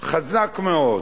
חזק מאוד